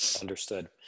Understood